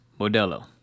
Modelo